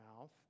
mouth